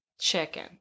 Chicken